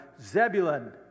Zebulun